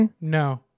No